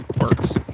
works